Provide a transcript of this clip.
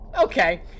Okay